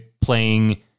playing